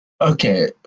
Okay